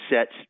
sets